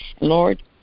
Lord